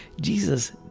jesus